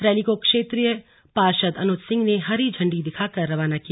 rally को क्षेत्रीय पार्षद अनुज सिंह ने हरी झंडी दिखाकर रवाना किया